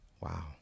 Wow